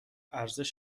ارزش